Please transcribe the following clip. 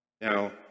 Now